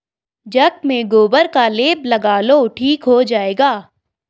जख्म में गोबर का लेप लगा लो ठीक हो जाएगा